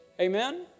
Amen